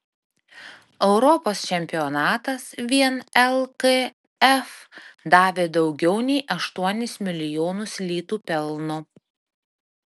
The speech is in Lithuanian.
europos čempionatas vien lkf davė daugiau nei aštuonis milijonus litų pelno